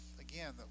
again